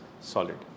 solid